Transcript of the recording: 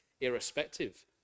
irrespective